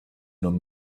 nomme